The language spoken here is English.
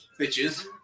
Bitches